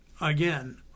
again